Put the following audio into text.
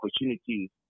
opportunities